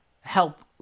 help